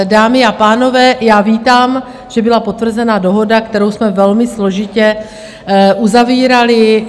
Dámy a pánové, vítám, že byla potvrzena dohoda, kterou jsme velmi složitě uzavírali.